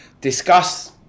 discuss